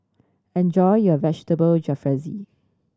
enjoy your Vegetable Jalfrezi